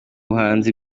buhanzi